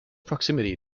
proximity